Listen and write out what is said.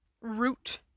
root